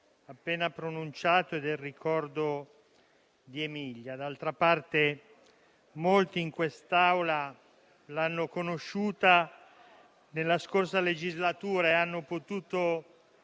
appena pronunciato e per il ricordo di Emilia. Molti in quest'Aula l'hanno conosciuta durante la scorsa legislatura e hanno potuto